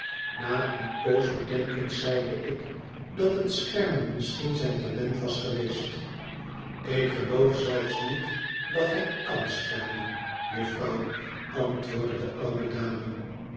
na eene poos bedenkens zeide ik dat het schermen misschien zijn talent was geweest ik geloof zelfs niet dat hij kan schermen jufvrouw antwoordde de oude dame